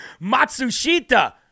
Matsushita